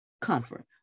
comfort